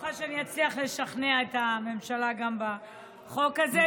אצליח לשכנע את הממשלה גם בחוק הזה,